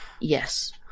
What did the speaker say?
Yes